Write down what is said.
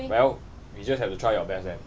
well you just have to try your best then